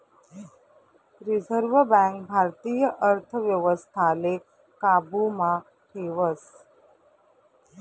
reserve bank भारतीय अर्थव्यवस्थाले काबू मा ठेवस